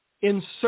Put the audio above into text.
insert